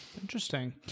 Interesting